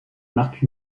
marque